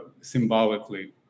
symbolically